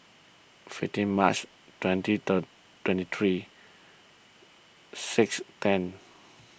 fifteen March twenty third twenty three six ten